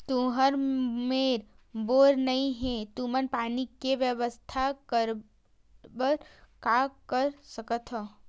तुहर मेर बोर नइ हे तुमन पानी के बेवस्था करेबर का कर सकथव?